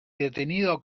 detenido